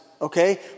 Okay